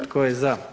Tko je za?